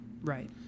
Right